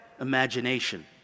imagination